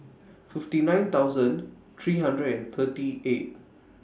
fifty nine thousand three hundred and thirty eight